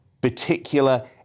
particular